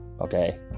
Okay